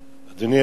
אדוני היושב-ראש,